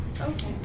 Okay